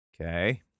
Okay